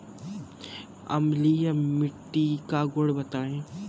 अम्लीय मिट्टी का गुण बताइये